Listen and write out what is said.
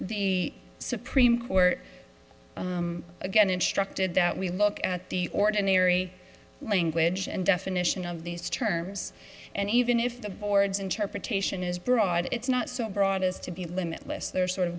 the supreme court again instructed that we look at the ordinary language and definition of these terms and even if the board's interpretation is broad it's not so broad as to be limitless they're sort of